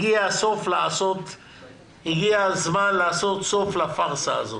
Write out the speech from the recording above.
הגיע המן לעשות סוף לפארסה הזאת.